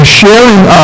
sharing